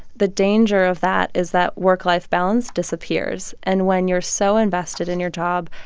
the danger of that is that work-life balance disappears. and when you're so invested in your job,